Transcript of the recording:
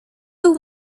był